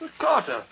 Carter